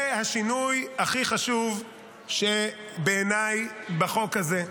והשינוי הכי חשוב בעיניי בחוק הזה,